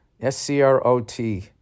S-C-R-O-T